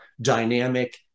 dynamic